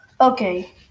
Okay